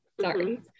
Sorry